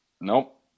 Nope